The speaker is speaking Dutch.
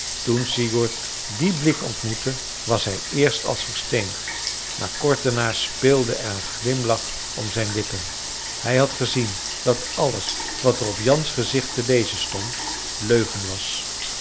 toen sigurd dien blik ontmoette was hij eerst als versteend maar kort daarna speelde er een glimlach om zijn lippen hij had gezien dat alles wat er op jans gezicht te lezen stond leugen was